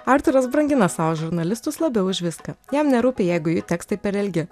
artūras brangina savo žurnalistus labiau už viską jam nerūpi jeigu jų tekstai per ilgi